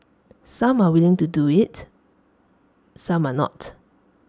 some are willing to do IT some are not